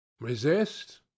Resist